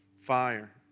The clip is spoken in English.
fire